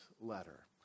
letter